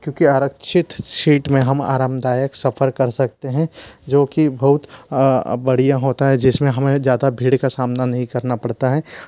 क्योंकि आरक्षित सीट में हम आरामदायक सफ़र कर सकते हैं जो कि बहुत बढ़िया होता है जिस में हमें ज़्यादा भीड़ का सामना नहीं करना पड़ता है